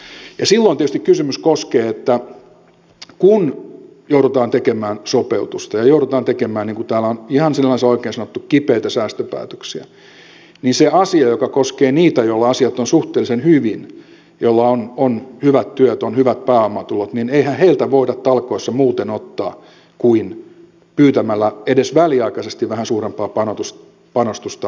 silloin tietysti se kysymys koskee kun joudutaan tekemään sopeutusta ja joudutaan tekemään niin kuin täällä on ihan sinänsä oikein sanottu kipeitä säästöpäätöksiä niitä joilla asiat ovat suhteellisen hyvin joilla on hyvät työt on hyvät pääomatulot ja eihän heiltä voida talkoissa muuten ottaa kuin pyytämällä edes väliaikaisesti vähän suurempaa panostusta verotuksessa